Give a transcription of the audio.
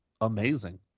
amazing